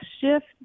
shift